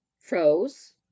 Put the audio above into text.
froze